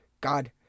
God